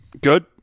Good